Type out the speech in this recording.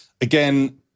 again